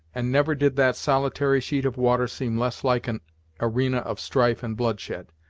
and never did that solitary sheet of water seem less like an arena of strife and bloodshed.